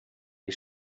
die